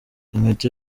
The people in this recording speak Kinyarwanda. inkweto